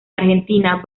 argentina